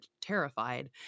terrified